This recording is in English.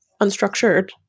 unstructured